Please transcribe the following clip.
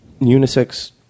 unisex